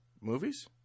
Movies